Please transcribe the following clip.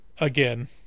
again